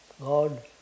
God